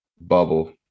bubble